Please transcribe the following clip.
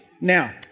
now